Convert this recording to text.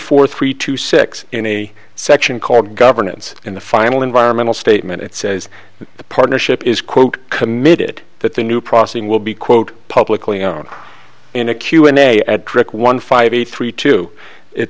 for three to six in a section called governance in the final environmental statement it says the partnership is quote committed that the new processing will be quote publicly known in a q and a at trick one five eight three two it